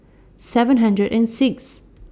seven hundred and six